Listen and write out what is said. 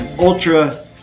ultra